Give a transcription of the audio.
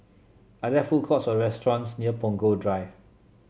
are there food courts or restaurants near Punggol Drive